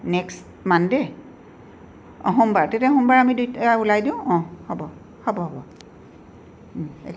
next Monday অঁ সোমবাৰ তেতিয়া সোমবাৰে আমি দুইটা ওলাই দিওঁ অঁ হ'ব হ'ব হ'ব